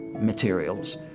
materials